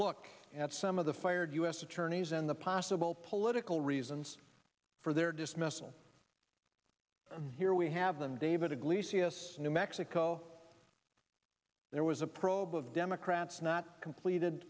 look at some of the fired u s attorneys and the possible political reasons for their dismissal here we have them david iglesias new mexico there was a probe of democrats not completed